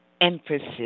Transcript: emphasis